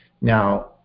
now